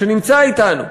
שנמצא אתנו.